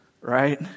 right